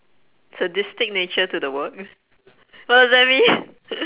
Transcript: sadistic nature to the work what does that mean